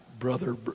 brother